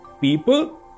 people